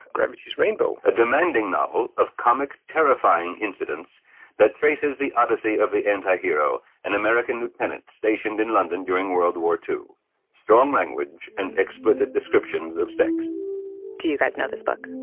gravity's rainbow. a demanding novel of comic, terrifying incidents that traces the odyssey of the antihero, an american lieutenant stationed in london during world war ii strong language and explicit descriptions of sex do you guys know this book?